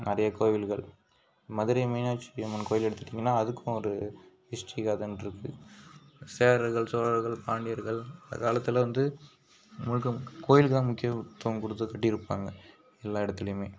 நிறைய கோவில்கள் மதுரை மீனாட்சி அம்மன் கோவில் எடுத்துகிட்டிங்கனா அதுக்கும் ஒரு ஹிஸ்ட்ரி கதைன்னுருக்கு சேரர்கள் சோழர்கள் பாண்டியர்கள் அந்த காலத்தில் வந்து முழுக்க கோவிலுக்குதான் முக்கியத்துவம் கொடுத்து கட்டியிருப்பாங்க எல்லா எடத்துலயுமே